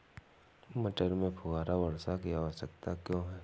मटर में फुहारा वर्षा की आवश्यकता क्यो है?